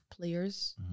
players